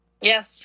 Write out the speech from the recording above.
Yes